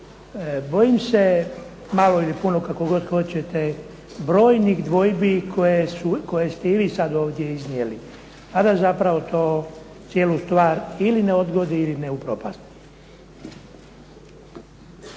Bojim se malo ili puno kako god hoćete brojnih dvojbi koje ste i vi sad ovdje iznijeli a da zapravo to cijelu stvar ili ne odgodi ili ne upropasti.